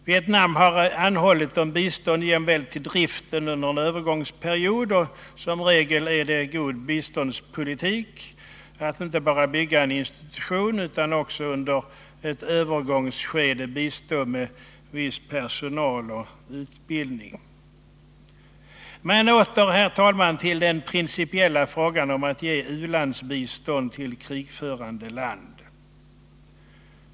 Vietnam har anhållit om bistånd jämväl till driften under en övergångsperiod. Som regel är det god biståndspolitik att inte bara bygga en institution utan också under ett övergångsskede bistå med viss personal och utbildning. Åter till den principiella frågan om att ge u-landsbistånd till krigförande land.